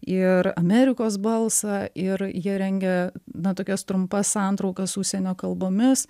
ir amerikos balsą ir jie rengia na tokias trumpas santraukas užsienio kalbomis